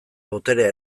boterea